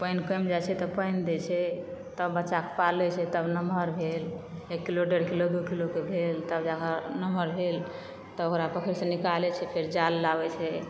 पानि कैम जाइ छै तऽ पानि दै छै तऽ बच्चाके पालै छै तब नमहर भेल एक किलो डेढ किलो दू किलो के भेल तब जाय कऽ नमहर भेल तऽ ओकरा पोखरि सऽ निकालै छियै जाल लाबै छै